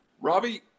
Robbie